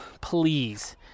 please